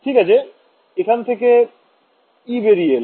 ঠিক আছে এখান থেকে E বেরিয়ে এল